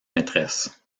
maîtresses